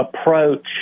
approach